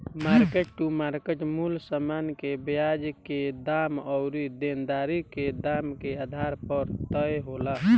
mark to market मूल्य समान के बाजार के दाम अउरी देनदारी के दाम के आधार पर तय होला